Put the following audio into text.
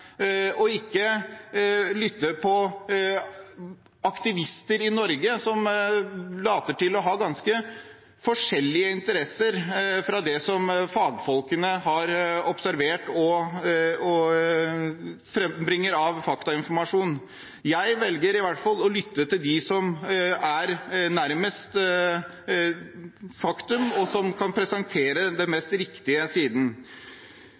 ikke til aktivister i Norge som later til å ha ganske forskjellige interesser fra det fagfolkene har observert og bringer fram av fakta. Jeg velger i hvert fall å lytte til dem som er nærmest faktaene og kan presentere den riktigste siden.